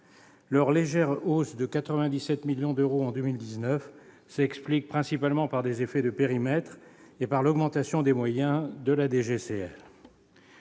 Leur légère hausse de 97 millions d'euros en 2019 s'explique principalement par des effets de périmètre et par l'augmentation des moyens de la